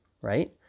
right